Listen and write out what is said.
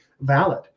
valid